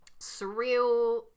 surreal